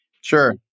Sure